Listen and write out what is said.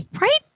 right